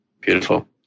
Beautiful